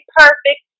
perfect